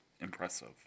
impressive